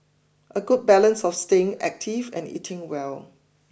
a good balance of staying active and eating well